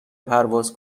پرواز